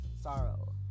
sorrow